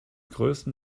größten